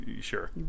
Sure